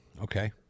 Okay